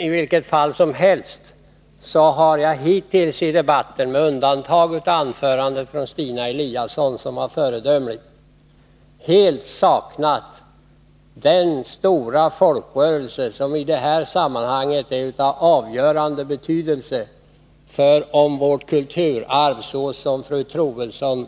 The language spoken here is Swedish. I vilket fall som helst har det hittills i debatten — med undantag av Stina Eliassons anförande, som var föredömligt — helt saknats röster från den stora folkrörelse som i detta sammanhang är av avgörande betydelse för om vårt kulturarv skall kunna vårdas så som fru Troedsson